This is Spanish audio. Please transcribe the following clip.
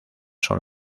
son